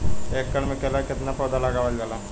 एक एकड़ में केला के कितना पौधा लगावल जाला?